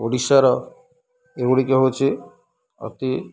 ଓଡ଼ିଶାର ଏଗୁଡ଼ିକ ହେଉଛି ଅତି